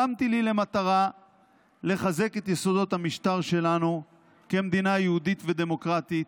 שמתי לי למטרה לחזק את יסודות המשטר שלנו כמדינה יהודית ודמוקרטית,